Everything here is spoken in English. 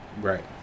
right